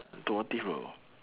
automotive bro